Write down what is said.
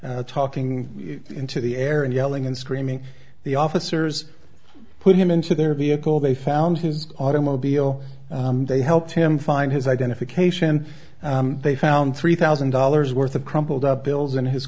talking into the air and yelling and screaming the officers put him into their vehicle they found his automobile they helped him find his identification they found three thousand dollars worth of crumpled up bills in his